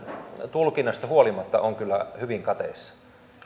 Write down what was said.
tulkinnasta huolimatta on kyllä hyvin kateissa ja